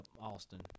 Austin